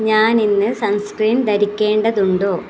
ഞാൻ ഇന്ന് സൺസ്ക്രീൻ ധരിക്കേണ്ടതുണ്ടോ